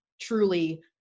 truly